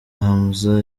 hamza